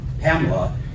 Pamela